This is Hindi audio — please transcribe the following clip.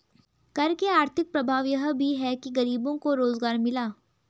कर के आर्थिक प्रभाव यह भी है कि गरीबों को रोजगार मिला